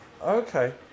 Okay